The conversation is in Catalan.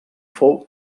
fou